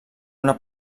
una